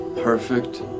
perfect